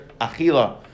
Achila